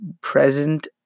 present